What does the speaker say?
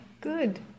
Good